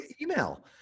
email